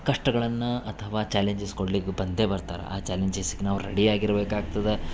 ಕಷ್ಟಗಳನ್ನ ಅಥವ ಚಾಲೆಂಜಸ್ ಕೊಡ್ಲಿಕ್ಕೆ ಬಂದೆ ಬರ್ತರ ಆ ಚಾಲೆಂಜೆಸ್ಸಿಗ ನಾವು ರೆಡಿ ಆಗಿರ್ಬೇಕಾಗ್ತದೆ